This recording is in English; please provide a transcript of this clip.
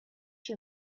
you